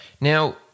Now